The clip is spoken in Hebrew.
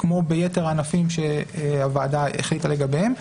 כמו ביתר הענפים שהוועדה החליטה לגביהם,